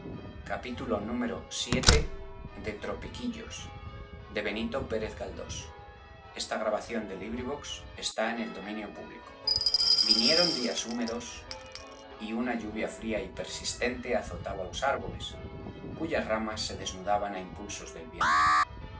humano vii vinieron días húmedos y una lluvia fría y persistente azotaba los árboles cuyas ramas se desnudaban á impulsos del viento